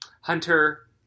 Hunter